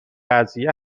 قضیه